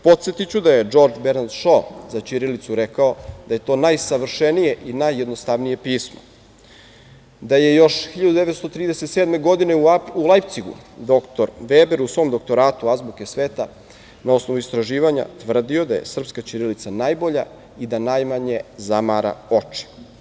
Podsetiću da je Džordž Bernard Šo za ćirilicu rekao da je to najsavršenije i najjednostavnije pismo, da je još 1937. godine u Lajpcigu doktor Veber u svom doktoratu azbuke sveta na osnovu istraživanja tvrdio da je srpska ćirilica najbolja i da najmanje zamara oči.